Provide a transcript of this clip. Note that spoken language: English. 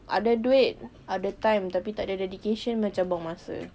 ada duit ada time tapi kalau tak ada dedication macam buang masa